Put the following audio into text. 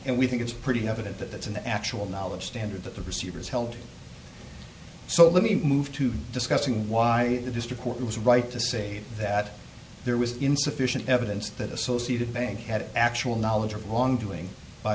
and we think it's pretty evident that that's an actual knowledge standard that the receivers held so let me move to discussing why the district court was right to say that there was insufficient evidence that associated bank had actual knowledge of wrongdoing by